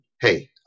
hey